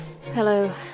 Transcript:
Hello